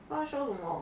它 show 什么